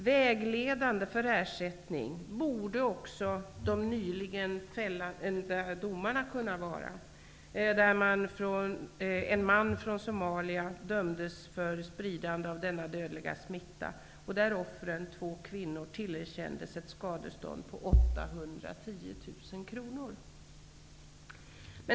Vägledande för ersättning borde också de nyligen fällda domarna kunna vara: En man från Somalia dömdes för spridande av denna dödliga smitta och offren, två kvinnor, tillerkändes ett skadestånd på 810 000 kr.